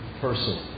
person